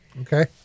Okay